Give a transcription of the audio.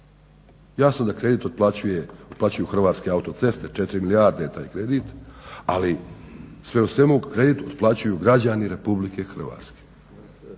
Jasno da kredit otplaćuju HAC 4 milijarde je taj kredit, ali sve u svemu kredit otplaćuju građani RH preko